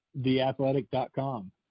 theathletic.com